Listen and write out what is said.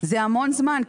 זה המון זמן.